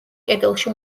კედელში